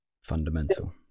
fundamental